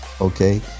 okay